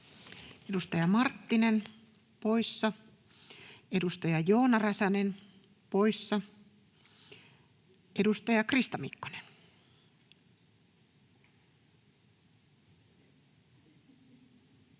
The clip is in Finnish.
Edustaja Marttinen poissa, edustaja Joona Räsänen poissa. — Edustaja Krista Mikkonen.